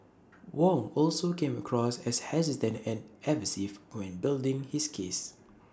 Wong also came across as hesitant and evasive when building his case